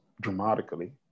dramatically